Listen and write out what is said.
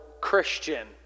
Christian